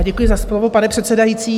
Děkuji za slovo, pane předsedající.